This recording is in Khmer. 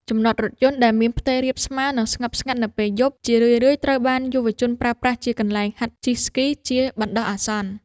ចំណតរថយន្តដែលមានផ្ទៃរាបស្មើ និងស្ងប់ស្ងាត់នៅពេលយប់ ជារឿយៗត្រូវបានយុវជនប្រើប្រាស់ជាកន្លែងហាត់ជិះស្គីជាបណ្ដោះអាសន្ន។